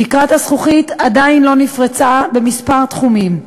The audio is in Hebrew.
תקרת הזכוכית עדיין לא נפרצה בכמה תחומים,